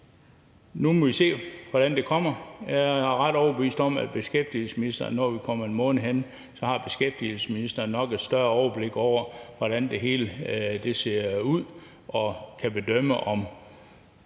nu må vi se, hvordan det går. Jeg er ret overbevist om, at beskæftigelsesministeren, når vi kommer en måned frem i tiden, har et større overblik over, hvordan det hele ser ud, og kan bedømme, om